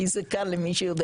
כי זה קל למי שיודע,